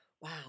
wow